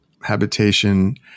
habitation